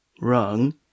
wrong